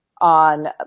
on